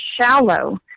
shallow